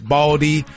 Baldy